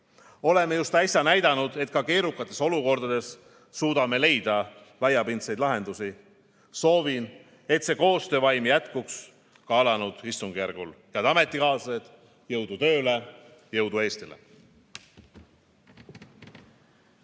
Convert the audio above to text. Oleme just äsja näidanud, et ka keerukates olukordades suudame leida laiapindseid lahendusi. Soovin, et see koostöövaim jätkuks ka alanud istungjärgul. Head ametikaaslased, jõudu tööle! Jõudu Eestile!